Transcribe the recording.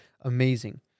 amazing